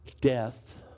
Death